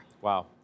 Wow